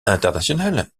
international